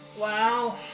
Wow